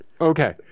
Okay